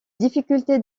difficultés